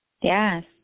yes